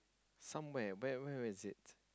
somewhere where where is it